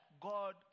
God